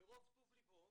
מרוב טוב ליבו